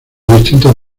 distintos